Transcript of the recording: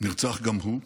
נרצח גם הוא.